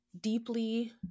Deeply